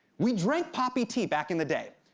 we drank poppy tea back in the day.